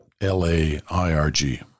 L-A-I-R-G